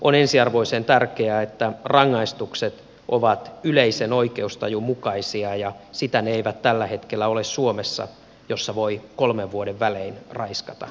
on ensiarvoisen tärkeää että rangaistukset ovat yleisen oikeustajun mukaisia ja sitä ne eivät tällä hetkellä ole suomessa jossa voi kolmen vuoden välein raiskata ensi kertaa